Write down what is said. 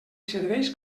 serveis